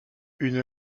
une